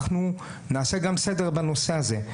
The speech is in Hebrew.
אנחנו נעשה גם סדר בנושא הזה,